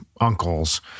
uncles